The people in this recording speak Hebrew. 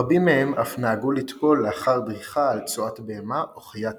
רבים מהם אף נהגו לטבול לאחר דריכה על צואת בהמה או חיה טמאה.